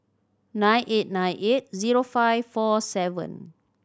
nine eight nine eight zero five four seven